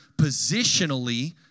positionally